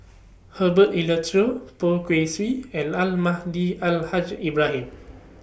Herbert Poh Kay Swee and Almahdi Al Haj Ibrahim